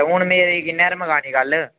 हून मेरी किन्ने'र मकानी गल्ल